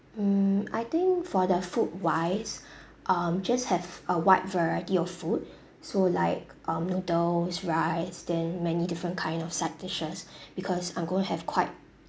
mm I think for the food wise um just have a wide variety of food so like um noodles rice then many different kind of side dishes because I'm going have quite